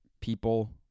people